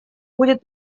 будет